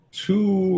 two